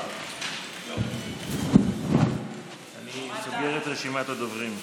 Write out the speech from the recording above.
אני סוגר את רשימת הדוברים.